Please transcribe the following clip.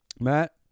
Matt